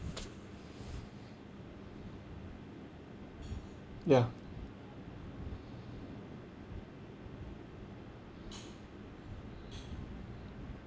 ya